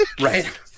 Right